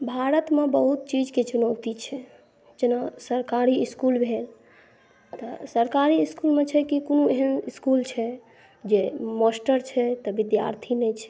भारतमे बहुत चीजके चुनौती छै जेना सरकारी इसकुल भेल तऽ सरकारी इस्कूलमे छै की कोनो एहेन इसकुल छै जे मास्टर छै तऽ विद्यार्थी नहि छै